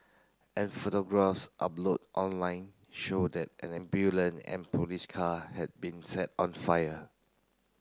and photographs uploade online show that an ambulance and police car had been set on fire